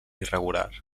irregular